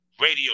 radio